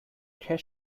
kescher